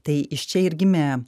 tai iš čia ir gimė